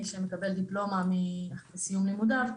מי שמקבל דיפלומה בסיום לימודיו,